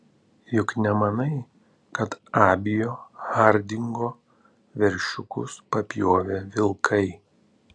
juk nemanai kad abio hardingo veršiukus papjovė vilkai